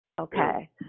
Okay